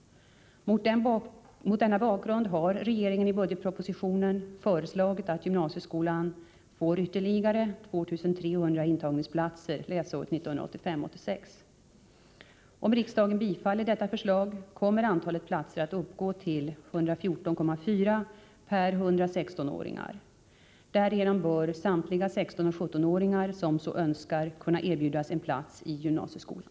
Mot denna bakgrund har regeringen i budgetpropositionen föreslagit att gymnasieskolan får ytterligare 2 300 intagningsplatser läsåret 1985/86. Om riksdagen bifaller detta förslag kommer antalet platser att uppgå till 114,4 per 100 16-åringar. Därigenom bör samtliga 16 och 17-åringar, som så önskar, kunna erbjudas en plats i gymnasieskolan.